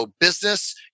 business